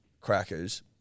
crackers